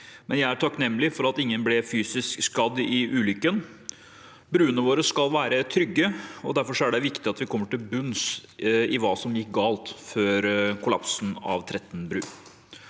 men jeg er takknemlig for at ingen ble fysisk skadd i ulykken. Bruene våre skal være trygge, og derfor er det viktig at vi kommer til bunns i hva som gikk galt før kollapsen av Tretten